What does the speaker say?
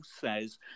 says